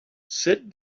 sit